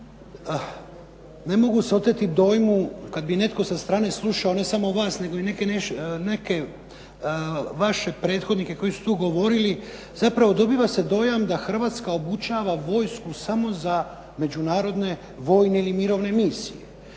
ne mogu se oteti dojmu kad bi netko sa strane slušao, ne samo vas nego i neke vaše prethodnike koji su tu govorili, zapravo dobiva se dojam da Hrvatska obučava vojsku samo za međunarodne vojne ili mirovne misije.